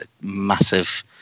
massive